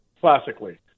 classically